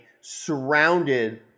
surrounded